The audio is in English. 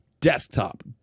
desktop